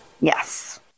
yes